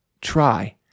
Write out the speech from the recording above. Try